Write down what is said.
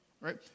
right